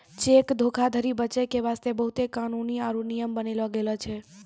cheque धोखाधरी बचै के बास्ते बहुते कानून आरु नियम बनैलो गेलो छै